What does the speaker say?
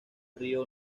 río